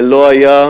זה לא היה,